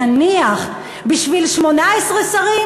בשביל, נניח, 18 שרים,